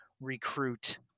recruit